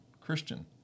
Christian